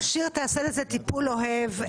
מיכל שיר תעשה לזה טיפול אוהב.